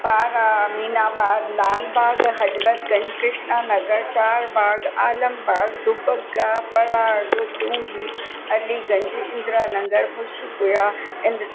Para Aminabag Lalbagh Hazratganj Krishna Nagar Charbagh Alambagh Dubagga Parag Chungi Aliganj Indranagar Munshipura Indra